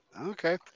Okay